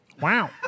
wow